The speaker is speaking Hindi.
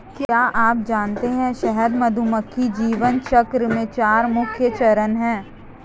क्या आप जानते है शहद मधुमक्खी जीवन चक्र में चार मुख्य चरण है?